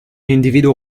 individuo